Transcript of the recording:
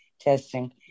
testing